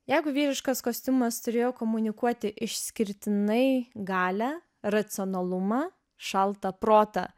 jeigu vyriškas kostiumas turėjo komunikuoti išskirtinai galią racionalumą šaltą protą